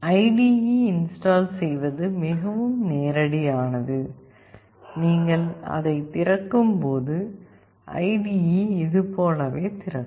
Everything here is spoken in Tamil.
ஐடிஈ ஐ இன்ஸ்டால் செய்வது மிகவும் நேரடியானது நீங்கள் அதைத் திறக்கும்போது ஐடிஈ இது போலவே திறக்கும்